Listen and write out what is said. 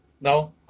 No